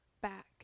back